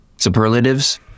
Superlatives